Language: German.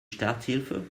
starthilfe